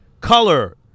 color